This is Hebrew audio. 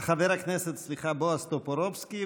חבר הכנסת בועז טופורובסקי,